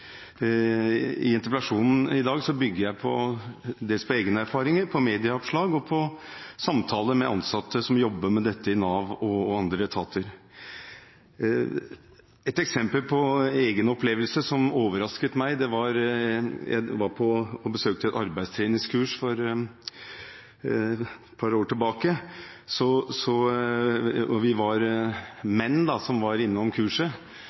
I interpellasjonen i dag bygger jeg dels på egne erfaringer og dels på medieoppslag og samtaler med ansatte som jobber med dette i Nav – og andre etater. Et eksempel er en egen opplevelse, som overrasket meg, da jeg for et par år siden besøkte et arbeidstreningskurs. Vi var menn som var innom kurset